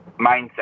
mindset